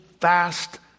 fast